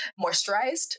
moisturized